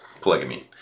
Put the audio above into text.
polygamy